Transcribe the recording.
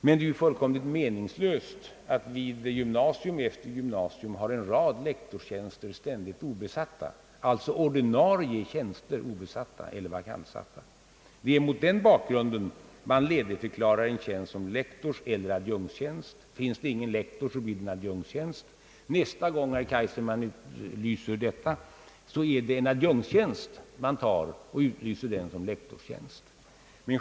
Men det är ju fullkomligt meningslöst att vid gymnasium efter gymnasium ha en rad ordinarie lektorstjänster ständigt obesatta. Det är mot den bakgrunden man <ledigförklarar en tjänst som lektorseller adjunktstjänst. Finns det ingen lektor blir det en adjunktstjänst, men nästa gång, herr Kaijser, utlyser man en adjunktstjänst som lektorstjänst.